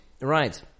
right